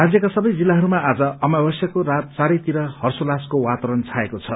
राज्यका सबै जिल्लाहरूमा आज अमावस्याको रात चरैतिर हपोल्लासको वातावरण छाएको छ